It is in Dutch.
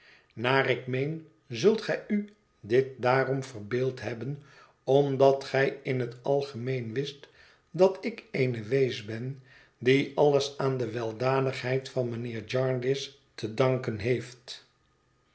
naar ik meen zult gij u dit daarom verbeeld hebben omdat gij in het algemeen wist dat ik eene wees ben die alles aan de weldadigheid van mijnheer jarndyce te danken heeft